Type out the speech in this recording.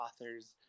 authors